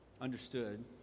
understood